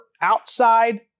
outside